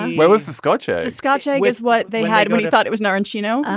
and well it's the scotch ah scotch ah with what they had when you thought it was an orange you know. ah